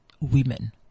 women